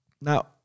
now